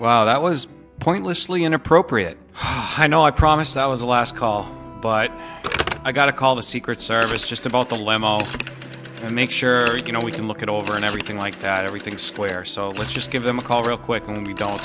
well that was pointlessly inappropriate i know i promised i was a last call but i got to call the secret service just about the limo to make sure you know we can look it over and everything like that everything square so let's just give them a call real quick and you don't